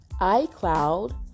icloud